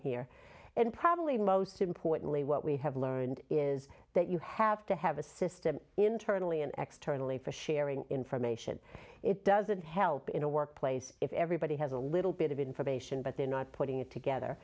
here and probably most importantly what we have learned is that you have to have a system internally and externally for sharing information it doesn't help in a workplace if everybody has a little bit of information but they're not putting it together